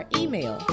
email